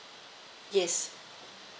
yes